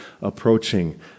approaching